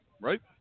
right